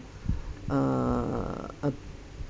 err uh